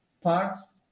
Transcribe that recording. parts